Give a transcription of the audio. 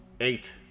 eight